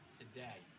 today